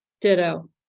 Ditto